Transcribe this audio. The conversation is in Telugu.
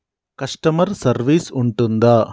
కస్టమర్ సర్వీస్ ఉంటుందా?